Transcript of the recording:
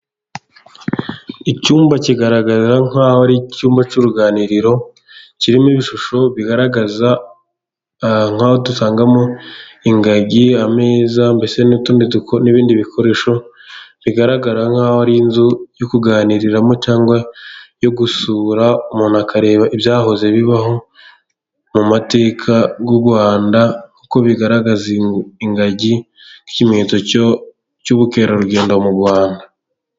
Icyumba kigaragara nk'aho ari icyumba cy'uruganiriro kirimo ibishusho bigaragaza nk'aho dusangamo ingagi, ameza mbese n'utundi duko n'ibindi bikoresho bigaragara nk'aho ari inzu yo kuganiriramo cyangwa yo gusura, umuntu akareba ibyahoze bibaho mu mateka y'u Rwanda uko bigaragaza ingagi nk'ikimenyetso cy'ubukerarugendo mu Rwanda.